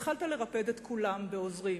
התחלת לרפד את כולם בעוזרים,